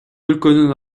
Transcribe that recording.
өлкөнүн